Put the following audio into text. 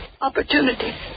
opportunity